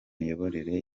miyoborere